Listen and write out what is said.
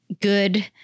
good